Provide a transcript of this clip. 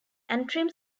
antrim